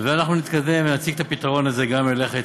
ואנחנו נתקדם ונציג את הפתרון הזה גם לך,